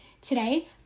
Today